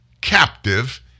captive